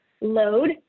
load